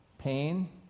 pain